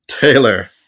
Taylor